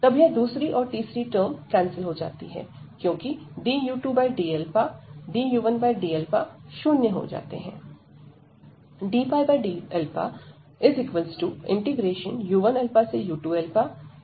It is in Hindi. तब यह दूसरी तथा तीसरी टर्म कैंसिल हो जाती हैं क्योंकि du2d du1dα शून्य हो जाते है